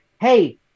hey